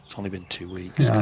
only been two weeks.